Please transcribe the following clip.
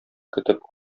көтеп